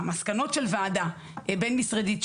מסקנות של ועדה בין-משרדית,